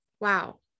Wow